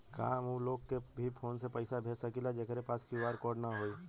का हम ऊ लोग के भी फोन से पैसा भेज सकीला जेकरे पास क्यू.आर कोड न होई?